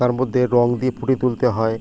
তার মধ্যে রঙ দিয়ে ফুটিয়ে তুলতে হয়